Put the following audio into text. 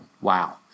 Wow